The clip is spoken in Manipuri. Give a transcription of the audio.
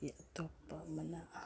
ꯑꯗꯒꯤ ꯑꯇꯣꯞꯄ ꯑꯃꯅ